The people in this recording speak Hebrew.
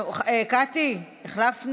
48)